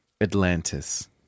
atlantis